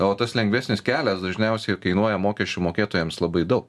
o tas lengvesnis kelias dažniausiai kainuoja mokesčių mokėtojams labai dau